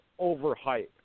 overhyped